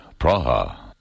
Praha